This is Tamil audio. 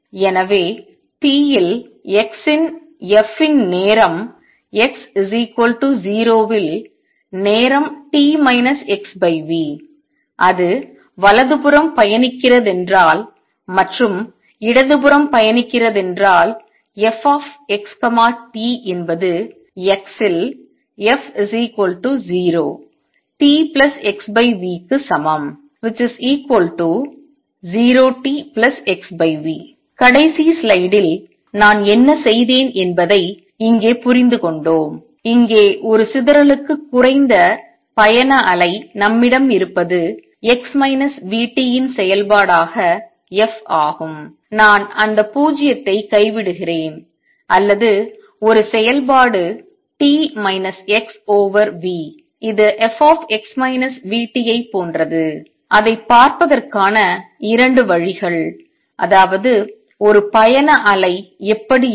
எனவே t இல் x இன் f இன் நேரம் x 0 இல் நேரம் t x v அது வலதுபுறம் பயணிக்கிறதென்றால் மற்றும் இடதுபுறம் பயணிக்கிறதென்றால் f x t என்பது x இல் f 0 t x v க்கு சமம் 0 t x v கடைசி ஸ்லைடில் நான் என்ன செய்தேன் என்பதை இங்கே புரிந்து கொண்டோம் இங்கே ஒரு சிதறலுக்கு குறைந்த பயண அலை நம்மிடம் இருப்பது x vt இன் செயல்பாடாக f ஆகும் நான் அந்த 0 ஐ கைவிடுகிறேன் அல்லது ஒரு செயல்பாடு t minus x over v இது f ஐப் போன்றது அதைப் பார்ப்பதற்கான 2 வழிகள் அதாவது ஒரு பயண அலை எப்படி இருக்கும்